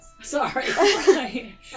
Sorry